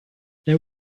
there